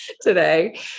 today